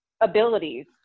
abilities